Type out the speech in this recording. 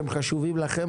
שהם חשובים לכם,